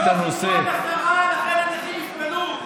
לא כיבדו את השרה ולכן הנכים יסבלו.